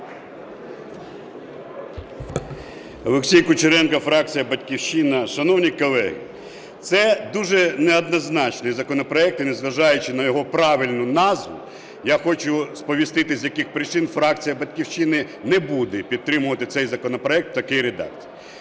Олексій Кучеренко, фракція "Батьківщина". Шановні колеги! Це дуже неоднозначний законопроект. І, незважаючи на його правильну назву, я хочу сповістити, з яких причин фракція "Батьківщини" не буде підтримувати цей законопроект в такій редакції.